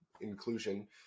inclusion